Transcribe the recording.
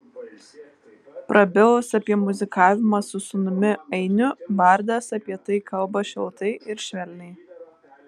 prabilus apie muzikavimą su sūnumi ainiu bardas apie tai kalba šiltai ir švelniai